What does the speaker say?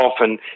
often